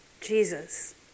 Jesus